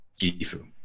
Gifu